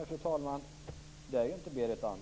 Men, fru talman, så är det ju inte. Dörren